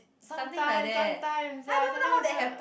sometimes sometimes ya sometimes I try to